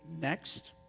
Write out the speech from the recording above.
next